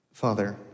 Father